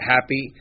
happy